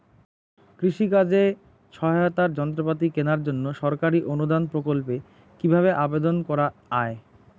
কৃষি কাজে সহায়তার যন্ত্রপাতি কেনার জন্য সরকারি অনুদান প্রকল্পে কীভাবে আবেদন করা য়ায়?